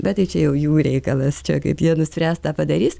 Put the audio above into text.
bet tai čia jau jų reikalas čia kaip jie nuspręs tą padarys